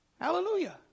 Hallelujah